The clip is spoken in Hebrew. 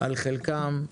על חלקם,